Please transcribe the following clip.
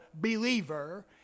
believer